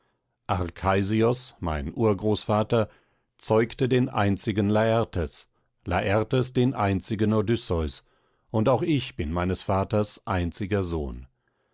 mein urgroßvater zeugte den einzigen lartes lartes den einzigen odysseus und auch ich bin meines vaters einziger sohn